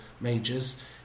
majors